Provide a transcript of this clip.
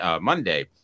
Monday